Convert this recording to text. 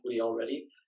already